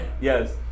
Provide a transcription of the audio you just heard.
Yes